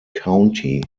county